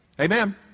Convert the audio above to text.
Amen